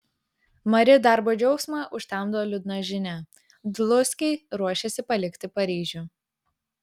mari darbo džiaugsmą užtemdo liūdna žinia dluskiai ruošiasi palikti paryžių